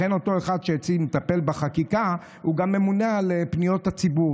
לכן אותו אחד שמטפל אצלי בחקיקה גם ממונה על פניות הציבור.